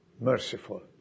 merciful